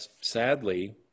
sadly